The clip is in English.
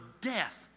death